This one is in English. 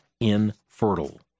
infertile